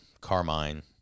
Carmine